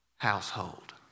household